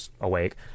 awake